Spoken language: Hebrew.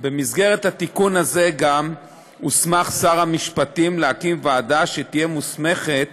במסגרת התיקון הזה גם הוסמך שר המשפטים להקים ועדה שתהיה מוסמכת